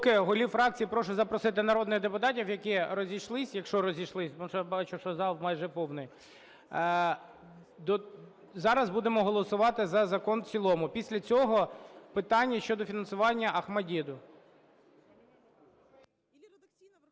Поки голів фракцій прошу запросити народних депутатів, які розійшлись, якщо розійшлись, тому що я бачу, що зал майже повний. Зараз будемо голосувати за закон в цілому. Після цього – питання щодо фінансування